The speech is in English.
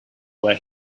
where